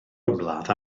ymladd